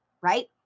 right